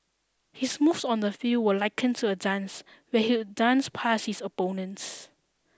his moves on the field were likened to a dance where he'd dance past his opponents